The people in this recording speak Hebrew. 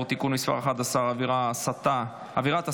(תיקון מס' 11) (עבירת הסתה לטרור),